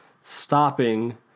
stopping